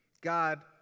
God